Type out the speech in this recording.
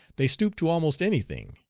they stoop to almost any thing.